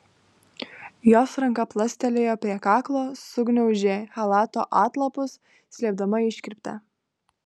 jos ranka plastelėjo prie kaklo sugniaužė chalato atlapus slėpdama iškirptę